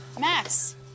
Max